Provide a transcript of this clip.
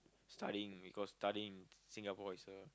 studying because studying in Singapore is uh